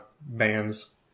bands